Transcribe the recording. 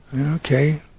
okay